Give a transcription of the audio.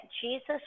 Jesus